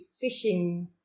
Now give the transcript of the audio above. fishing